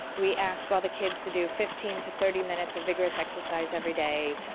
we ask all the kids to do fifteen to thirty minutes of vigorous exercise every day.